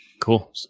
cool